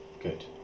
Good